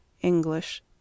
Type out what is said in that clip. English